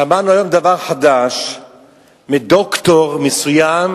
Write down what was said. שמענו היום דבר חדש מדוקטור מסוים